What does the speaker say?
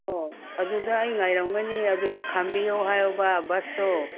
ꯑꯣ ꯑꯗꯨꯗ ꯑꯩ ꯉꯥꯏꯔꯝꯒꯅꯤ ꯑꯗꯨꯗ ꯈꯥꯝꯕꯤꯌꯣ ꯍꯥꯏꯌꯣꯕ ꯕꯁꯇꯣ